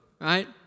right